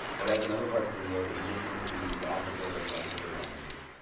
but as in other parts of the world indigenous communities often bear the brunt of the damages.